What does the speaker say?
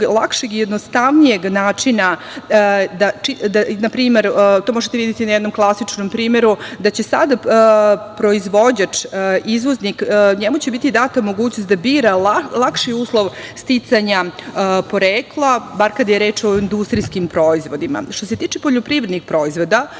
lakšeg i jednostavnijeg načina. Na primer, to možete videti na jednom klasičnom primeru, sada će proizvođaču izvozniku biti data mogućnost da bira lakši uslov sticanja porekla, bar kada je reč o industrijskim proizvodima. Što se tiče poljoprivrednih proizvoda,